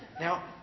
Now